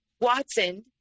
Watson